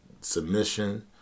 submission